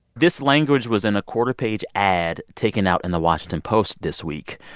this language was in a quarter-page ad taken out in the washington post this week.